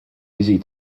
easy